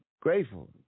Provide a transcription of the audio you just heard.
grateful